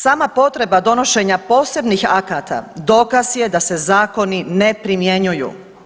Sama potreba donošenja posebnih akata dokaz je da se zakoni ne primjenjuju.